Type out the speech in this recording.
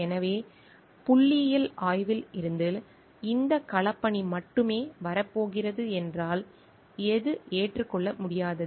எனவே புள்ளியியல் ஆய்வில் இருந்து இந்த களப்பணி மட்டுமே வரப் போகிறது என்றால் எது ஏற்றுக்கொள்ள முடியாதது